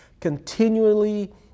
continually